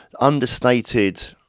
understated